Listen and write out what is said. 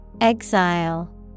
Exile